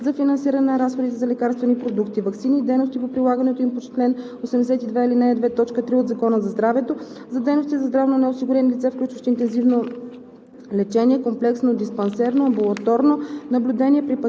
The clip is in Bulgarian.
предоставя трансфер към бюджета на НЗОК по чл. 1, ал. 1, ред 3 за финансиране на разходите за лекарствени продукти – ваксини и дейности по прилагането им по чл. 82, ал. 2, т. 3 от Закона за здравето; за дейности за здравно неосигурени лица, включващи: интензивно